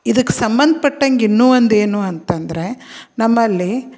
ಇದಕ್ಕೆ ಸಂಬಂಧ ಪಟ್ಟಂತೆ ಇನ್ನೂ ಒಂದೇನು ಅಂತ ಅಂದ್ರೆ ನಮ್ಮಲ್ಲಿ